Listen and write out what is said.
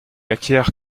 acquiert